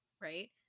right